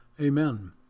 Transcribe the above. amen